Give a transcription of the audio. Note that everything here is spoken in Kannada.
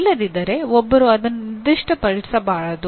ಇಲ್ಲದಿದ್ದರೆ ಒಬ್ಬರು ಅದನ್ನು ನಿರ್ದಿಷ್ಟಪಡಿಸಬಾರದು